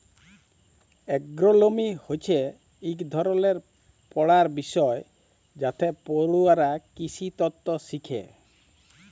এগ্রোলমি হছে ইক ধরলের পড়ার বিষয় যাতে পড়ুয়ারা কিসিতত্ত শিখে